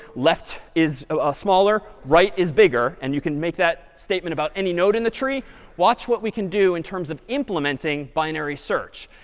left is ah smaller, right is bigger, and you can make that statement about any node in the tree watch what we can do in terms of implementing binary search.